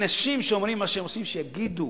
אנשים שאומרים מה שהם עושים, שיגידו.